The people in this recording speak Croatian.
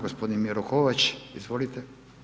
Gospodin Miro Kovač, izvolite.